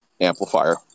amplifier